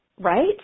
Right